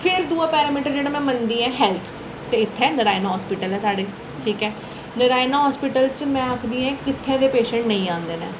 ते दूआ पैरामीटर जेह्ड़ा में मन्नदी आं हैल्थ ते इच्थै नारायना हॉस्पिटल ऐ साढ़े ठीक ऐ नारायना हॉस्पिटल च में आखदी आं कुत्थै दे पेशेंट नेईं औंदे न